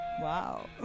Wow